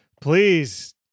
Please